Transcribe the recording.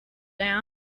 down